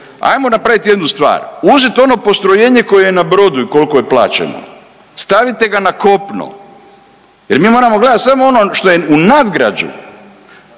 ajmo napravit jednu stvar, uzet ono postrojenje koje je na brodu i kolko je plaćeno, stavite ga na kopno jer mi moramo gledat samo ono što je u nadgrađu,